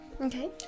Okay